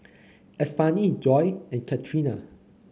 Estefany Joi and Catrina